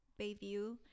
Bayview